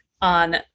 on